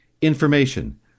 information